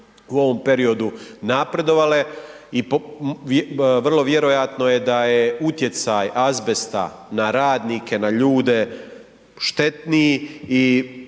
u ovom periodu napredovale i vrlo vjerojatno je da je utjecaj azbesta na radnike, na ljude štetniji i